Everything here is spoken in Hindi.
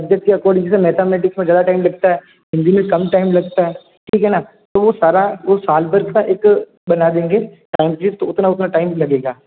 सब्जेक्ट के अकॉर्डिंग जैसे मैथमेटिक्स में ज़्यादा टाइम लगता है हिंदी में कम टाइम है तो सारा वो साल भर का एक बना देंगे टाइम टेबल तो उतना उतना टाइम लगेगा